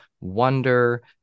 wonder